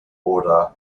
order